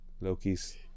Loki's